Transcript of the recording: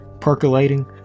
percolating